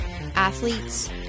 athletes